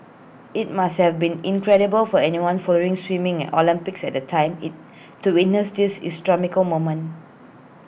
IT must have been incredible for anyone following swimming at Olympics at the time IT to witness this moment